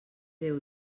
déu